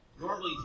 Normally